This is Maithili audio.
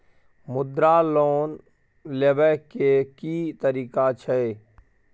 मुद्रा लोन लेबै के की तरीका छै?